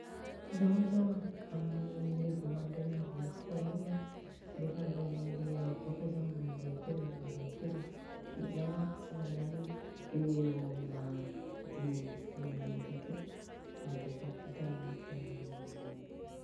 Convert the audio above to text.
Zaho zô an aminy le vô mandrena mifoha Igny a, rehefa aloany handeha ivoaka zaho na handeha akeza handeha akeza, de zao an tsy malany eo ho eo amina dimy ambiny folo minitra akeo, tonga defa vita aninay fiomagnana amizany.